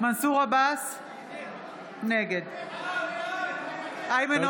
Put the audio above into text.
עבאס, נגד איימן